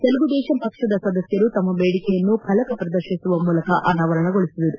ತೆಲುಗುದೇಶಂ ಪಕ್ಷದ ಸದಸ್ಕರು ತಮ್ಮ ಬೇಡಿಕೆಯನ್ನು ಫಲಕ ಪ್ರದರ್ಶಿಸುವ ಮೂಲಕ ಅನಾವರಣಗೊಳಿಸಿದರು